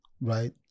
right